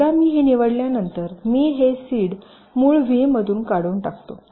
एकदा मी हे निवडल्यानंतर मी हे सीड मूळ व्हीमधून काढून टाकते